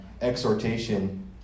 exhortation